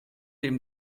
dem